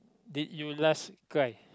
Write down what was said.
did you last cry